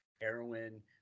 heroin